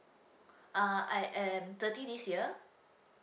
uh I am thirty this year